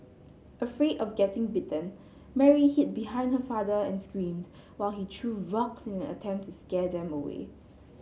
afraid of getting bitten Mary hid behind her father and screamed while he threw rocks in an attempt to scare them away